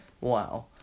wow